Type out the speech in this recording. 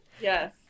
Yes